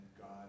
God